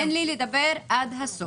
תן לי לדבר עד הסוף.